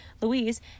Louise